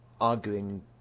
arguing